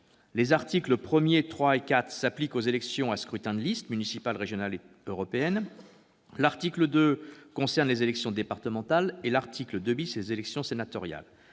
Les articles 1, 3 et 4 s'appliquent aux élections à scrutin de liste, c'est-à-dire les élections municipales, régionales et européennes. L'article 2 concerne les élections départementales et l'article 2 les élections sénatoriales.